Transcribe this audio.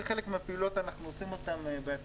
ואת חלק מהפעילויות אנחנו עושים בעצמנו,